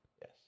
Yes